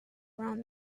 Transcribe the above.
around